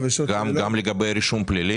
לגבי הכול,